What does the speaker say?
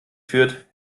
führt